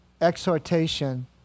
exhortation